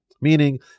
Meaning